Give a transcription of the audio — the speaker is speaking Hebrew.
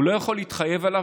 הוא לא יכול להתחייב עליו,